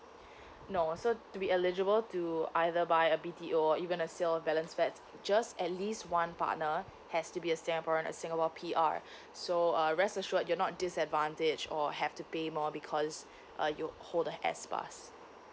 no so to be eligible to either buy a B_T_O or even a sale of balance flat just at least one partner has to be a singaporean or singapore P_R so uh rest assured you're not disadvantage or have to pay more because uh you hold the S pass